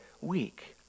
week